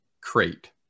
crate